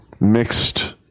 mixed